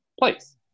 place